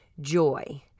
joy